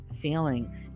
Feeling